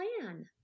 plan